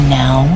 now